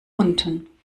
unten